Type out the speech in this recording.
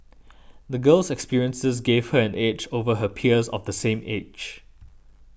the girl's experiences gave her an edge over her peers of the same age